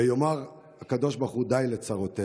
ויאמר הקדוש ברוך הוא די לצרותינו.